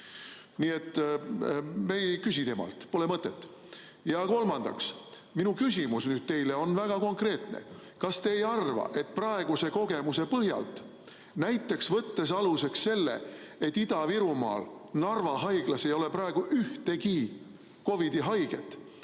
Nii et me ei küsi temalt, pole mõtet. Ja kolmandaks, minu küsimus nüüd teile on väga konkreetne. Kas te ei arva, et praeguse kogemuse põhjalt, näiteks võttes aluseks selle, et Ida-Virumaal Narva haiglas ei ole praegu ühtegi COVID‑i haiget,